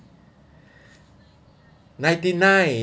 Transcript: ninety nine